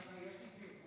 בבקשה, יש לי תרגום.